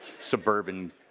suburban